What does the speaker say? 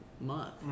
month